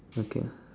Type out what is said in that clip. okay ah